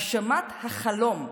הגשמת החלום,